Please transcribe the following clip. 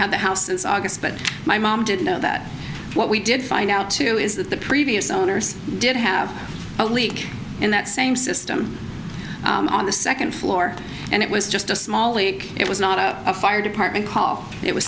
had the house since august but my mom did know that what we did find out too is that the previous owners did have a leak in that same system on the second floor and it was just a small leak it was not a fire department call it was